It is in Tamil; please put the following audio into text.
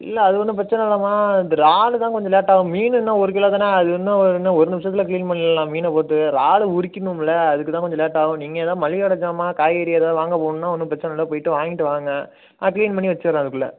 இல்லை அது ஒன்றும் பிரச்சின இல்லம்மா இந்த இறாலு தான் கொஞ்சம் லேட்டாகும் மீன் இன்ன ஒரு கிலோ தானே அது இன்னும் ஓ இன்னும் ஒரு நிமிஷத்துல கிளீன் பண்ணிகலாம் மீனை பொறுத்தவரையும் இறாலு உரிக்கணும்ல அதுக்கு தான் கொஞ்சம் லேட்டாகும் நீங்கள் எதாது மளிகை கடை சாமான் காய்கறி எதாது வாங்க போகணுனா ஒன்றும் பிரச்சின இல்லை போய்விட்டு வாங்கிவிட்டு வாங்க நான் கிளீன் பண்ணி வெச்சுறேன் அதுக்குள்ளே